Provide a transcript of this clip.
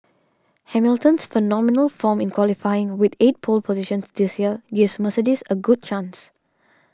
Hamilton's phenomenal form in qualifying with eight pole positions this year gives Mercedes a good chance